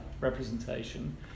representation